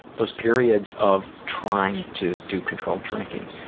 those periods of trying to do controlled drinking,